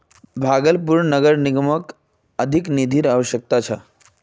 भागलपुर नगर निगमक अधिक निधिर अवश्यकता छ